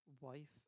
wife